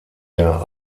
der